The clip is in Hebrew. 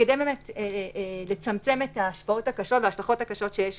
כדי לצמצם את ההשפעות הקשות וההשלכות הקשות שיש